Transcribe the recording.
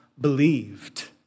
believed